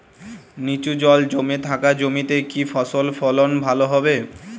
নিচু জল জমে থাকা জমিতে কি ফসল ফলন ভালো হবে?